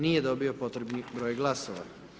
Nije dobio potreban broj glasova.